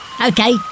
Okay